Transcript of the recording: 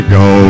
go